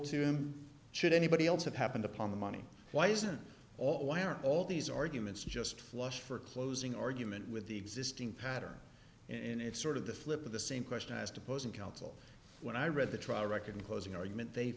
to him should anybody else have happened upon the money why isn't all why are all these arguments just flushed for closing argument with the existing pattern in it's sort of the flip of the same question as to posing counsel when i read the trial record closing argument they